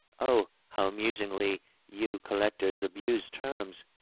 oh, how amusingly you collectors abuse terms!